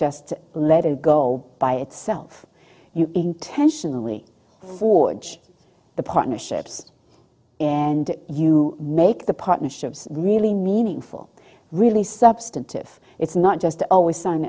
just let it go by itself you intentionally forge the partnerships and you make the partnerships really meaningful really substantive it's not just always s